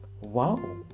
Wow